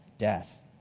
death